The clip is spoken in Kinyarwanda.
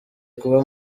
kuba